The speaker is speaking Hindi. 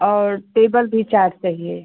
और टेबल भी चार चाहिए